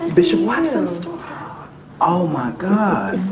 bishop watson daughter oh my god.